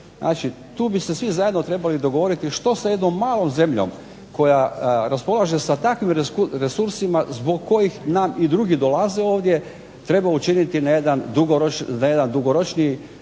tu bi se svi zajedno trebali dogovoriti što sa jednom malom zemljom koja raspolaže sa takvim resursima zbog kojih nam i drugi dolaze ovdje, treba učiniti na jedan dugoročniji